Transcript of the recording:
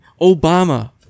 Obama